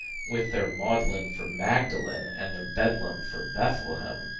with their maudlin for magdalene, and their bedlam for bethlehem,